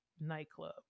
nightclub